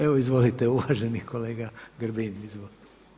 Evo izvolite uvaženi kolega Grbin, izvolite.